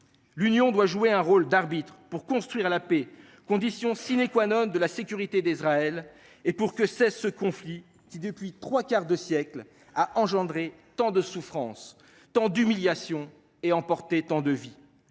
L’Union doit jouer un rôle d’arbitre pour construire la paix, condition de la sécurité d’Israël, et pour que cesse ce conflit qui, depuis trois quarts de siècle, a engendré tant de souffrances, tant d’humiliations, et emporté tant de vies.